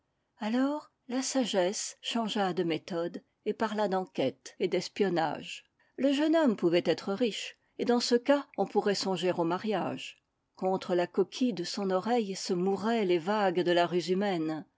alors la sagesse changea de méthode et parla d'enquête et d'espionnage le jeune homme pouvait être riche et dans ce cas on pourrait songer au mariage contre la coquille de son oreille se mouraient les vagues de la ruse humaine